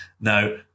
Now